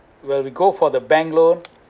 will we go for the bank loan